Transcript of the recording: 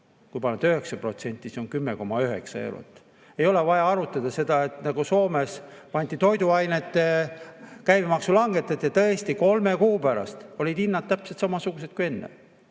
Kui panete 9%, siis on 10,9 eurot. Ei ole vaja arutada seda, et Soomes, kui toiduainete käibemaksu langetati, siis tõesti kolme kuu pärast olid hinnad täpselt samasugused kui enne.